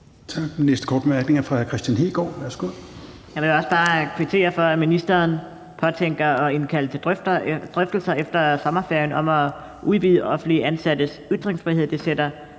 næste korte bemærkning er fra hr. Kristian Hegaard.